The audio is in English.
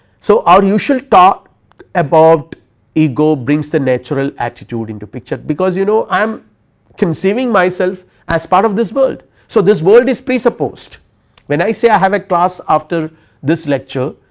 so, our usual talk about ego brings the natural attitude into picture, because you know i am conceiving myself as part of this world. so, this world is presupposed when i say i have a class after this lecture,